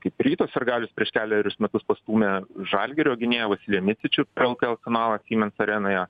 kaip ryto sirgalius prieš kelerius metus pastūmė žalgirio gynėją vasiliją nisičių per lkl finalą siemens arenoje